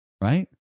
right